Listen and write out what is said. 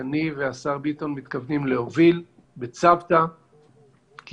שאני והשר ביטון מתכוונים להוביל בצוותא כי